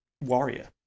warrior